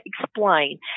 explain